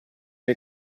che